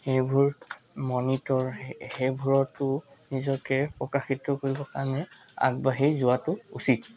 সেইভোৰ monitor সেইভোৰতো নিজকে প্ৰকাশিত কৰিবৰ কাৰণে আগবাঢ়ি যোৱাটো উচিত